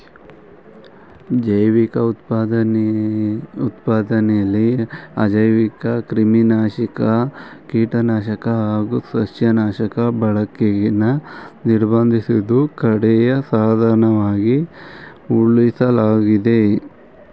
ಜೈವಿಕ ಉತ್ಪಾದನೆಲಿ ಅಜೈವಿಕಕ್ರಿಮಿನಾಶಕ ಕೀಟನಾಶಕ ಹಾಗು ಸಸ್ಯನಾಶಕ ಬಳಕೆನ ನಿರ್ಬಂಧಿಸಿದ್ದು ಕಡೆಯ ಸಾಧನವಾಗಿ ಉಳಿಸಲಾಗಿದೆ